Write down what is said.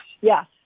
Yes